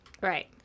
Right